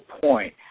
point